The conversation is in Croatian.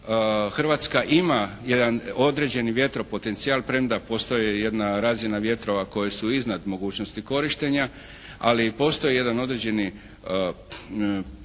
Hrvatska ima jedan određeni vjetropotencijal premda postoji jedna razina vjetrova koje su izvan mogućnosti korištenja, ali i postoji jedan određeni predio